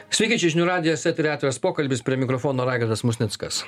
sveiki čia žinių radijas eteryje atviras pokalbis prie mikrofono raigardas musnickas